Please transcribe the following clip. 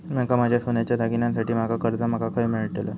माका माझ्या सोन्याच्या दागिन्यांसाठी माका कर्जा माका खय मेळतल?